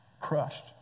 Crushed